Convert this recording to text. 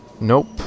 Nope